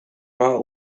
battle